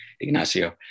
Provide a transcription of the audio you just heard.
Ignacio